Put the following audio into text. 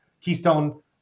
Keystone